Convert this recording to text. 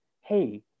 hey